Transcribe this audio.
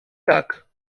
tak